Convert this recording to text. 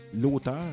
l'auteur